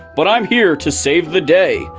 but i'm here to save the day.